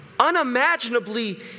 unimaginably